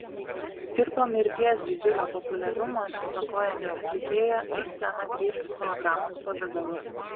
ir po mirties didžiulio populiarumo nestokojanti atlikėja į sceną grįš hologramos pavidalu